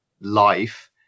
life